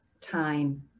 time